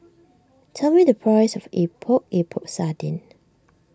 tell me the price of Epok Epok Sardin